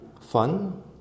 fun